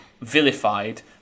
vilified